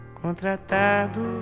contratado